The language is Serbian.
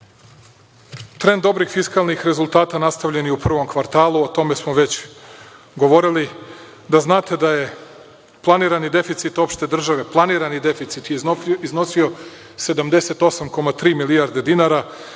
dobrih fiskalnih rezultata nastavljen je u prvom kvartalu, o tome smo već govorili. Da znate da je planirani deficit opšte države, planirani deficit iznosio 78,3 milijarde dinara,